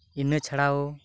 ᱤᱱᱟᱹ ᱪᱟᱲᱟ ᱦᱚᱸ